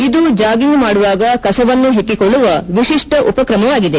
ಇದು ಜಾಗಿಂಗ್ ಮಾಡುವಾಗ ಕಸವನ್ನು ಹೆಕ್ಕಿಕೊಳ್ಳುವ ವಿಶಿಷ್ಟ ಉಪಕ್ರಮವಾಗಿದೆ